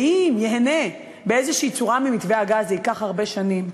ואם ייהנה באיזו צורה ממתווה הגז זה ייקח הרבה שנים.